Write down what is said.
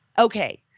Okay